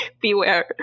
Beware